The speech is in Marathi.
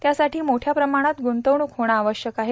त्यासाठी मोठ्या प्रमाणात गुंतवणूक होणं आवश्यक आहे